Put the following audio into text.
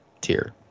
tier